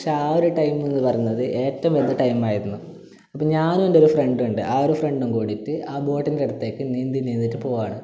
പക്ഷേ ആ ഒരു ടൈം എന്ന് പറയുന്നത് ഏറ്റം ഉള്ള ടൈം ആയിരുന്നു അപ്പം ഞാനും എൻ്റെ ഒരു ഫ്രെണ്ട് ഒണ്ട് ആ ഫ്രെണ്ടും കൂടീട്ട് ആ ബോട്ടിന്റട്ത്തേക്ക് നീന്തി നീന്തിട്ട് പോവാണ്